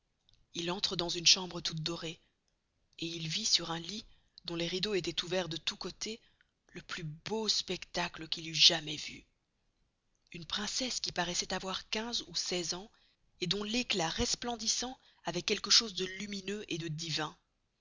il entre dans une chambre toute dorée et il voit sur un lit dont les rideaux estoient ouverts de tous costez le plus beau spectacle qu'il eut jamais veu une princesse qui paroissoit avoir quinze ou seize ans et dont l'éclat resplendissant avoit quelque chose de lumineux et de divin